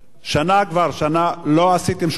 שנה כבר, לא עשיתם שום דבר.